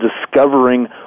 discovering